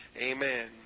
amen